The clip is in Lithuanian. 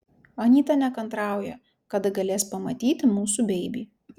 anyta nekantrauja kada galės pamatyti mūsų beibį